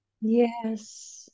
Yes